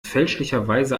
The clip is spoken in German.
fälschlicherweise